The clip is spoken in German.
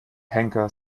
henker